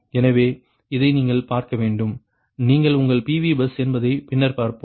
எனவே இதை நீங்கள் பார்க்க வேண்டும் நீங்கள் உங்கள் PV பஸ் என்பதை பின்னர் பார்ப்போம்